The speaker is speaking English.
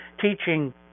teaching